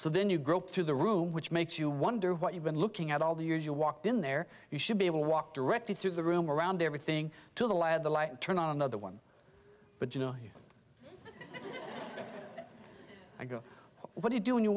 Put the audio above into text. so then you grow up through the room which makes you wonder what you've been looking at all the years you walked in there you should be able to walk directly through the room around everything to the lad the light turn on another one but you know i go what you do when you